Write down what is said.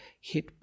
hit